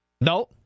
No